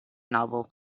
novel